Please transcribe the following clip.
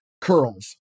curls